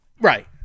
Right